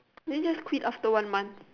then just quit after one month